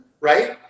right